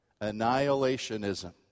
annihilationism